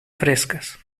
frescas